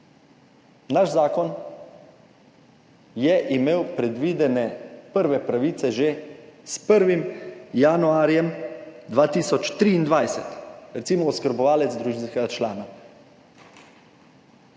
Naš zakon je imel predvidene prve pravice že s 1. januarjem 2023, recimo, oskrbovanec družinskega člana.